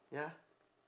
ya